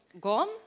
gone